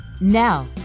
Now